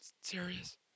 Serious